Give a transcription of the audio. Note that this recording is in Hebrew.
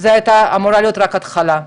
זאת הייתה אמורה להיות רק ההתחלה,